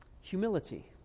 Humility